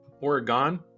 Oregon